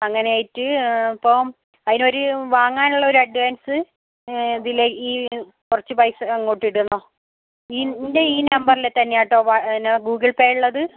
അങ്ങനെ ആയിട്ട് ഇപ്പോൾ അതിനൊരു വാങ്ങാനുള്ള ഒരു അഡ്വാൻസ് ഇതിലേക്ക് ഈ കുറച്ച് പൈസ ഇങ്ങോട്ട് ഇടണം ഈ എന്റെ ഈ നമ്പറിൽ തന്നെയാണ് കേട്ടോ വാ പിന്നെ ഗൂഗിൾ പേ ഉള്ളത്